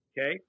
Okay